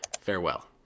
farewell